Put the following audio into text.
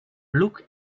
look